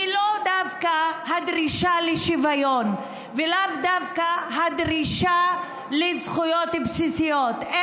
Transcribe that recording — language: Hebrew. היא לאו דווקא הדרישה לשוויון ולאו דווקא הדרישה לזכויות בסיסיות,